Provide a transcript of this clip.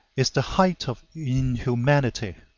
is the height of inhumanity.